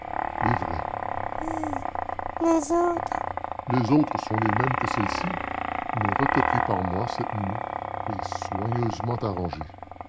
vraies mais les autres les autres sont les mêmes que celles-ci mais recopiées par moi cette nuit et soigneusement arrangées